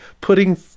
putting